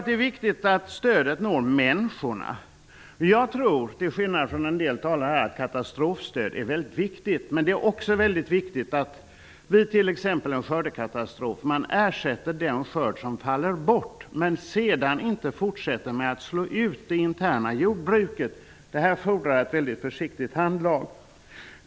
Det är viktigt att stödet når människorna. Jag tror, till skillnad från en del talare här, att katastrofstöd är väldigt viktigt. Men det är också viktigt att man t.ex. vid skördekatastrofer ersätter den skörd som faller bort men sedan inte fortsätter med att slå ut det interna jordbruket. Det fordrar ett mycket försiktigt handlag.